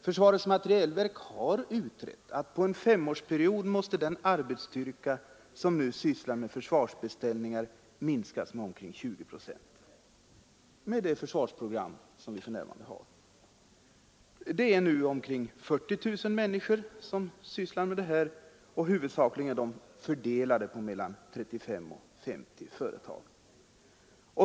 Försvarets materielverk har utrett att under en femårsperiod måste den arbetsstyrka som nu sysslar med försvarsbeställningar minskas med omkring 20 procent, med det försvarsprogram som vi för närvarande har. Det är nu omkring 40 000 människor som är sysselsatta med försvarsbeställningar, och de är huvudsakligen fördelade på mellan 35 och 50 företag.